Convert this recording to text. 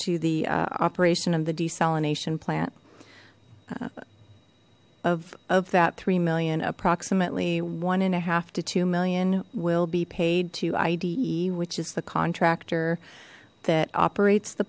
to the operation of the desalination plant of of that three million approximately one and a half to two million will be paid to ide which is the contractor that operates the